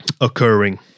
occurring